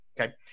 okay